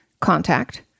contact